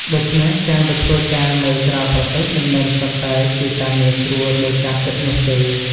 ដូច្នេះ ការទៅធ្វើការនៅក្រៅប្រទេសមិនមែនសុទ្ធតែជាការងារស្រួលដូចការគិតនោះទេ។